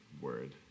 word